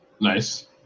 Nice